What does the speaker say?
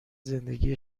زندگی